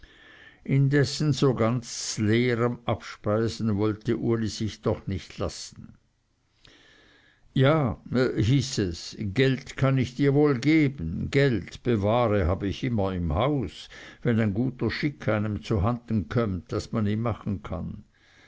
indessen so ganz z'leerem abspeisen wollte uli sich doch nicht lassen ja hieß es geld kann ich dir wohl geben geld bewahre habe ich immer im hause wenn ein guter schick einem zuhanden kömmt daß man ihn machen kann